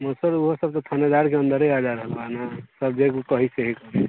मतलब ओहो सभ तऽ थानादारके अन्दरे आ जा रहलौहँ ने सर जे ओ कही से ही करी